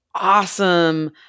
awesome